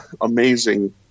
amazing